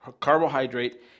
Carbohydrate